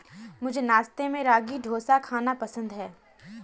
मुझे नाश्ते में रागी डोसा खाना पसंद है